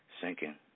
sinking